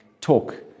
talk